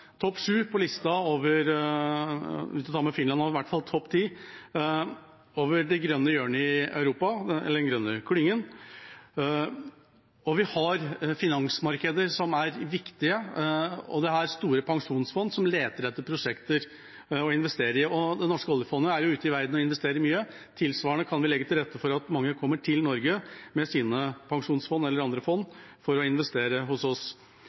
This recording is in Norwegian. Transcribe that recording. topp sju på lista – hvis man tar med Finland, i hvert fall blant topp ti – over den grønne klyngen i Europa. Vi har finansmarkeder som er viktige, og det er store pensjonsfond som leter etter prosjekter å investere i. Det norske oljefondet er ute i verden og investerer i mye. Tilsvarende kan vi legge til rette for at mange kommer til Norge med sine pensjonsfond eller andre fond for å investere hos oss.